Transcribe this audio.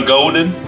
Golden